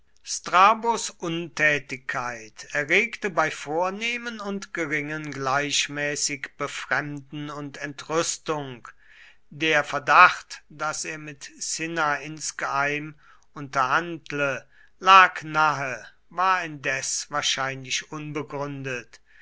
strabos untätigkeit erregte bei vornehmen und geringen gleichmäßig befremden und entrüstung der verdacht daß er mit cinna insgeheim unterhandle lag nahe war indes wahrscheinlich unbegründet